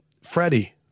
Freddie